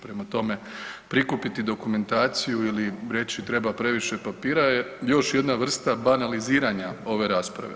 Prema tome, prikupiti dokumentaciju ili reći treba previše papira je još jedna vrsta banaliziranja ove rasprave.